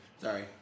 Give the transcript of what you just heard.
Sorry